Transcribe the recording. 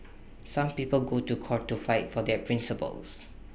some people go to court to fight for their principles